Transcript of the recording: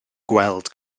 gweld